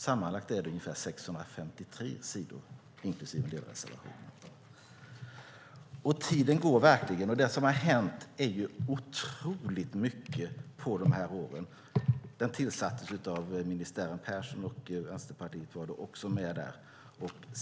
Sammanlagt är det ungefär 653 sidor, inklusive dessa. Tiden går verkligen, och det är ju otroligt mycket som har hänt på de här åren. Utredningen tillsattes av ministären Persson, och Vänsterpartiet var också med där.